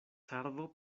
servo